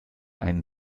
einen